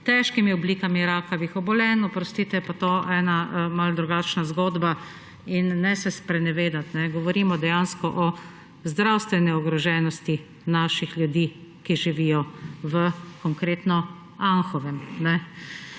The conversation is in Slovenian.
težkimi oblikami rakavih obolenj, oprostite, je pa to malo drugačna zgodba. Ne se sprenevedati, govorimo dejansko o zdravstveni ogroženosti naših ljudi, ki živijo konkretno v Anhovem.